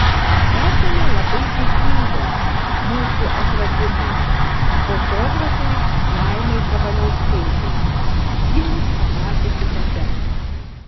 esame labai dėkingos mūsų atradimui fotografei laimai kavaliauskaitei ji mus pamatė kitokias